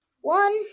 One